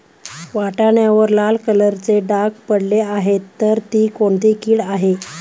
वाटाण्यावर लाल कलरचे डाग पडले आहे तर ती कोणती कीड आहे?